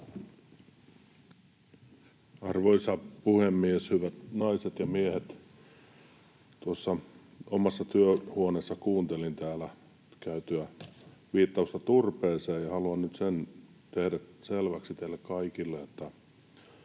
Arvoisa puhemies, hyvät naiset ja miehet! Tuolla omassa työhuoneessani kuuntelin täällä tehtyä viittausta turpeeseen, ja haluan nyt tehdä selväksi teille kaikille, että